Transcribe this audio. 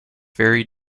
very